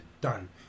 done